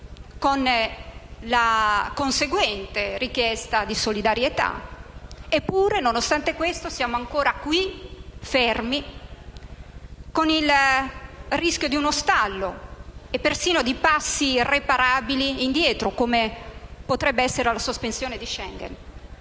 con la conseguente richiesta di solidarietà. Eppure, nonostante questo, siamo ancora qui, fermi, con il rischio di uno stallo e persino di compiere irreparabili passi indietro, come potrebbe essere la sospensione del